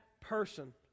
person